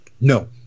no